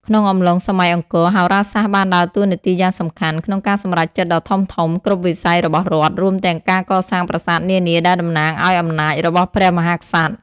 ក្នុងអំឡុងសម័យអង្គរ ហោរាសាស្ត្របានដើរតួនាទីយ៉ាងសំខាន់ក្នុងការសម្រេចចិត្តដ៏ធំៗគ្រប់វិស័យរបស់រដ្ឋ រួមទាំងការកសាងប្រាសាទនានាដែលតំណាងឲ្យអំណាចរបស់ព្រះមហាក្សត្រ។